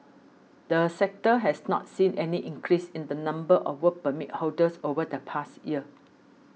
the sector has not seen any increase in the number of Work Permit holders over the past year